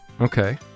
Okay